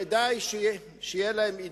כדאי שיהיה להם עידוד,